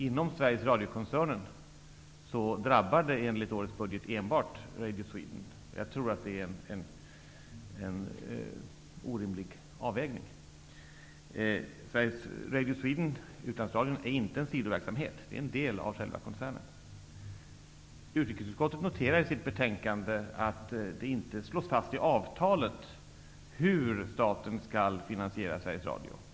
Inom Sveriges Radio-koncernen drabbar det enligt årets budget enbart Radio Sweden. Jag tror att det är en orimlig avvägning. Utlandsradion är inte en sidoverksamhet -- det är en del av själva koncernen. Utrikesutskottet noterar i sitt betänkande att det inte slås fast i avtalet hur staten skall finansiera Sveriges Radio.